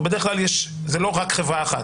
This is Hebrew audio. הרי בדרך כלל זה לא רק חברה אחת,